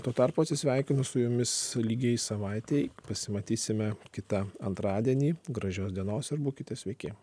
tuo tarpu atsisveikinu su jumis lygiai savaitei pasimatysime kitą antradienį gražios dienos ir būkite sveiki